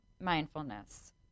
mindfulness